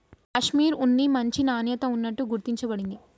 కాషిమిర్ ఉన్ని మంచి నాణ్యత ఉన్నట్టు గుర్తించ బడింది